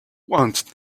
wanted